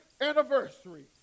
anniversary